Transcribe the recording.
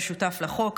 ששותף לחוק,